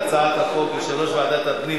סגני יושב-ראש.